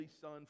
son